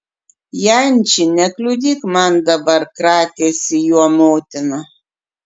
janči nekliudyk man dabar kratėsi juo motina